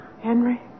Henry